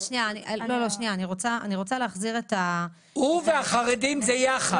אני רוצה להחזיר -- הוא והחרדים זה יחד.